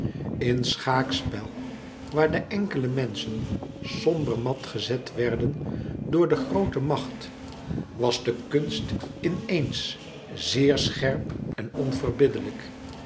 in schaakspel waar de enkele menschen somber mat gezet werden door de groote macht was de kunst in eens zeer scherp en onverbiddelijk